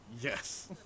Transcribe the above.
yes